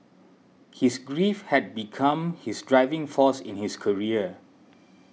his grief had become his driving force in his career